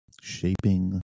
Shaping